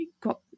got